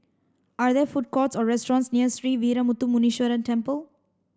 are there food courts or restaurants near Sree Veeramuthu Muneeswaran Temple